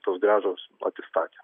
tos grąžos atsistatė